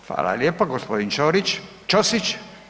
Hvala lijepo, g. Čorić.